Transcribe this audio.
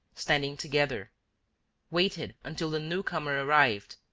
standing together waited until the new-comer arrived,